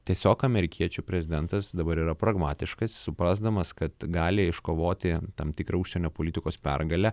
tiesiog amerikiečių prezidentas dabar yra pragmatiškas suprasdamas kad gali iškovoti tam tikrą užsienio politikos pergalę